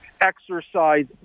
exercise